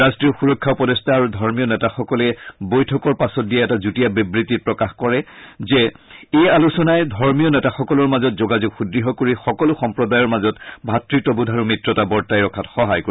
ৰাষ্টীয় সুৰক্ষা উপদেষ্টা আৰু ধৰ্মীয় নেতাসকলে বৈঠকৰ পাছত দিয়া এটা যুটীয়া বিবৃতিত প্ৰকাশ কৰিছে যে এই আলোচনাই ধৰ্মীয় নেতাসকলৰ মাজত যোগাযোগ সুদ্ঢ় কৰি সকলো সম্প্ৰদায়ৰ মাজত ভাতৃত্ববোধ আৰু মিত্ৰতা বৰ্তাই ৰখাত সহায় কৰিব